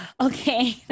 Okay